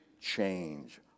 change